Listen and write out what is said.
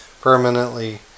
permanently